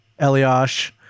Eliash